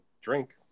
drink